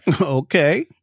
Okay